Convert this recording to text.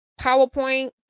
PowerPoint